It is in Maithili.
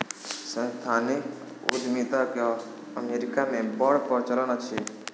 सांस्थानिक उद्यमिता के अमेरिका मे बड़ प्रचलन अछि